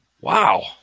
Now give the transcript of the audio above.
Wow